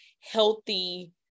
healthy